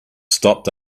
stopped